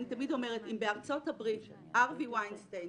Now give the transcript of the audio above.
אני תמיד אומרת שאם בארצות הברית הארווי ויינשטיין,